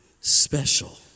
special